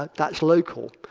ah that's local.